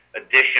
additional